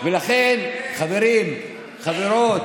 ולכן, חברים, חברות,